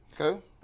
Okay